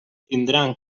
tindran